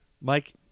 Mike